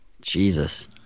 Jesus